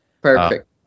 perfect